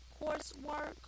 coursework